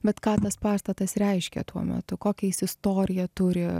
bet ką tas pastatas reiškė tuo metu kokią jis istoriją turi